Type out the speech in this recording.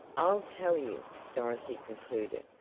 i'll tell you, dorothy concluded,